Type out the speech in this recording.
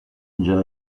già